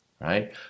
right